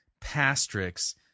Pastrix